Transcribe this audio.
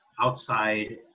outside